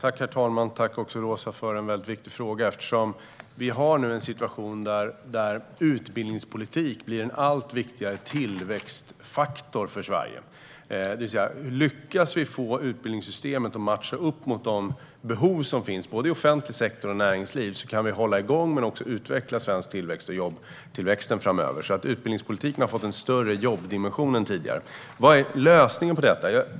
Herr talman! Tack, Roza, för en väldigt viktig fråga! Vi har nu en situation där utbildningspolitik blir en allt viktigare tillväxtfaktor för Sverige. Det vill säga: Lyckas vi få utbildningssystemet att matcha de behov som finns både i offentlig sektor och i näringsliv kan vi hålla igång men också utveckla svensk tillväxt och jobbtillväxten framöver. Utbildningspolitiken har därför fått en större jobbdimension än tidigare. Vad är lösningen på detta?